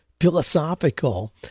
philosophical